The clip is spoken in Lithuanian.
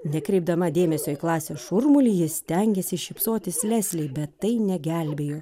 nekreipdama dėmesio į klasės šurmulį ji stengėsi šypsotis leslei bet tai negelbėjo